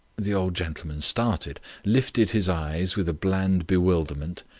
the old gentleman started, lifted his eyes with a bland bewilderment,